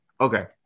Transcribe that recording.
Okay